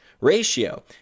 ratio